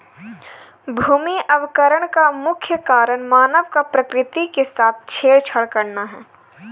भूमि अवकरण का मुख्य कारण मानव का प्रकृति के साथ छेड़छाड़ करना है